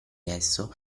esso